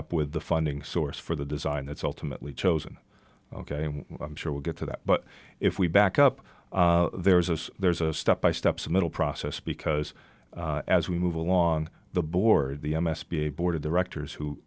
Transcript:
up with the funding source for the design that's ultimately chosen ok and i'm sure we'll get to that but if we back up there's a there's a step by step submittal process because as we move along the board the m s b a board of directors who